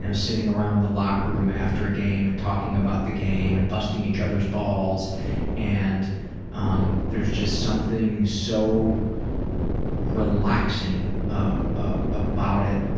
and sitting around the locker room after the game and talking about the game and busting each other's balls and um there's just something so relaxing ah ah about it.